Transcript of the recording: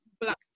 black